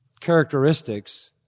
characteristics